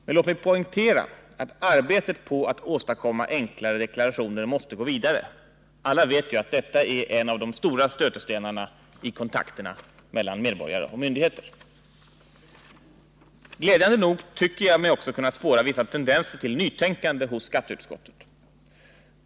Men låt mig poängtera att arbetet på att åstadkomma enklare deklarationer måste gå vidare. Alla vet ju att detta är en av de stora stötestenarna i kontakterna mellan medborgare och myndigheter. Glädjande nog tycker jag mig också kunna spåra vissa tendenser till nytänkande hos skatteutskottet.